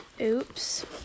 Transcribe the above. Oops